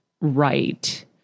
right